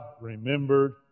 remembered